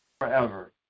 forever